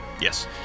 Yes